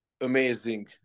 amazing